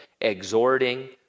exhorting